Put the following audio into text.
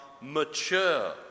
mature